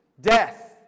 death